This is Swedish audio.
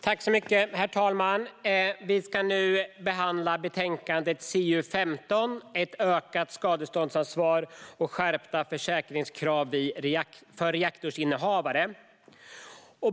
Herr talman! Vi behandlar nu betänkande CU15 Ett ökat skadeståndsansvar och skärpta försäkringskrav för reaktorinnehavare .